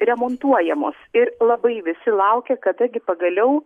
remontuojamos ir labai visi laukia kada gi pagaliau